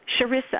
Sharissa